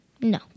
No